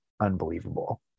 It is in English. unbelievable